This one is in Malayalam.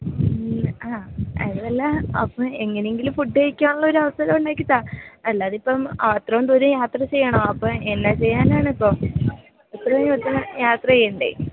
ആ അതുമല്ലാ അപ്പം എങ്ങനെയെങ്കിലും ഫുഡ് കഴിക്കാനുള്ളൊരു അവസരം ഉണ്ടാക്കി താ അല്ലാതെയിപ്പം അത്രയും ദൂരം യാത്ര ചെയ്യണോ അപ്പോൾ എന്നാ ചെയ്യാനാണിപ്പോൾ ഇത്രയും ദിവസം യാത്ര ചെയ്യേണ്ടേ